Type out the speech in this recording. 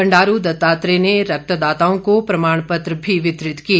बंडारू दत्तात्रेय ने रक्तदाताओं को प्रमाणपत्र भी वितरित किए